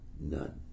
None